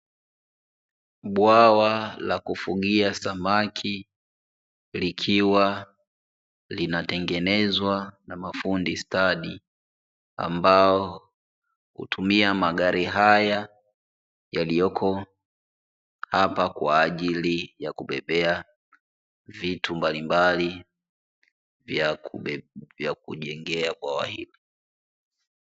Bwawa la kufugia samaki likiwa linatengenezwa na mafundi stadi, ambao hutumia magari haya yaliyoko hapa kwa ajili ya kubebea mtu mbali vya kujengea bwawa hili